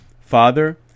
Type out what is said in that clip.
Father